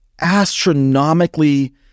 astronomically